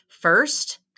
First